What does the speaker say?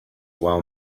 well